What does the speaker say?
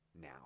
now